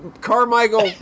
Carmichael